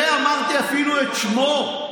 אמרתי אפילו את שמו.